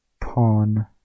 Pawn